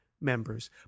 members